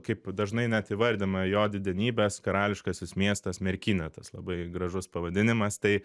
kaip dažnai net įvardinama jo didenybės karališkasis miestas merkinė tas labai gražus pavadinimas tai